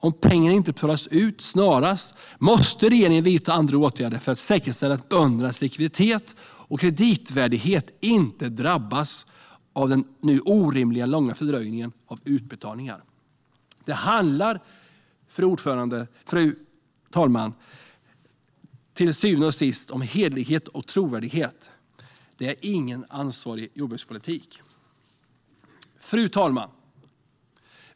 Om pengarna inte betalas ut snarast måste regeringen vidta andra åtgärder för att säkerställa att böndernas likviditet och kreditvärdighet inte drabbas av den nu orimligt långa fördröjningen av utbetalningarna. Det handlar till syvende och sist om hederlighet och trovärdighet, fru talman. Det är ingen ansvarsfull jordbrukspolitik.